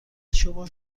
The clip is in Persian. شما